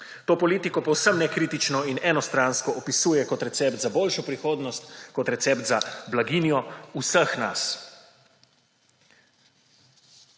To politiko povsem nekritično in enostransko opisuje kot recept za boljšo prihodnost, kot recept za blaginjo vseh nas.